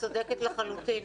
את צודקת לחלוטין.